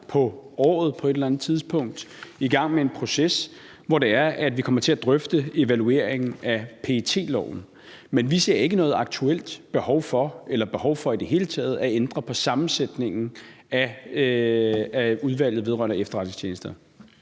på året på et eller andet tidspunkt skal i gang med en proces, hvor vi kommer til at drøfte evalueringen af PET-loven. Men vi ser ikke noget aktuelt behov – eller et behov i det hele taget – for at ændre på sammensætningen af Udvalget vedrørende Efterretningstjenesterne.